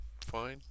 fine